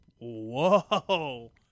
Whoa